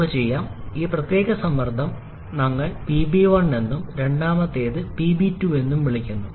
നമുക്ക് ചെയ്യാം ഈ പ്രത്യേക സമ്മർദ്ദം ഞങ്ങൾ PB1 എന്നും രണ്ടാമത്തേത് PB2 എന്നും വിളിക്കുന്നു